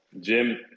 jim